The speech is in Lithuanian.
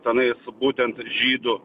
tenai būtent žydų